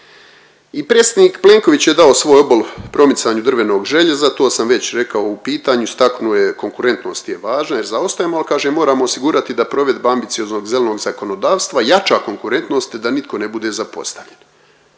I predsjednik Plenković je dao svoj obol promicanju drvenog željeza, to sam već rekao u pitanju, istaknuo je konkurentnost je važna jer zaostajemo, al kaže moramo osigurati da provedba ambicioznog zelenog zakonodavstva jača konkurentnost da nitko ne bude zapostavljen.